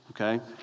okay